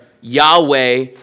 Yahweh